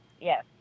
yes